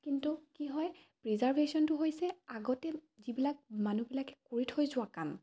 কিন্তু কি হয় প্ৰিজাৰ্ভেশ্যনটো হৈছে আগতে যিবিলাক মানুহবিলাকে কৰি থৈ যোৱা কাম